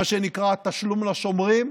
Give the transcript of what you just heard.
מה שנקרא תשלום לשומרים,